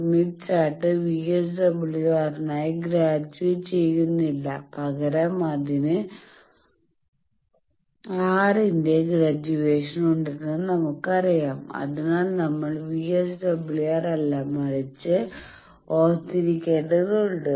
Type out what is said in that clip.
Smith chart VSWR നായി graduate ചെയ്യുന്നില്ല പകരം അതിന് R ന്റെ ഗ്രാജുവേഷൻ ഉണ്ടെന്ന് നമുക്കറിയാം അതിനാൽ നമ്മൾ VSWR അല്ല മറിച് ർ ഓർത്തിരിക്കേണ്ടതുണ്ട്